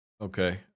Okay